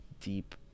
deep